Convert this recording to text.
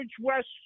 west